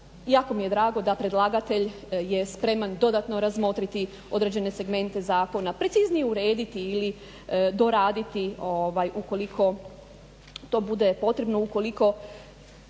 jako mi je drago da predlagatelj je spreman dodatno razmotriti određene segmente zakona, preciznije urediti ili doraditi ovaj u koliko to bude potrebno ukoliko